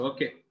Okay